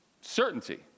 certainty